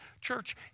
Church